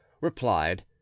replied